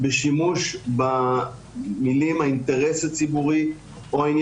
הוא משקף אינטרס ציבורי רחב של הציבור שראיות